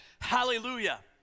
hallelujah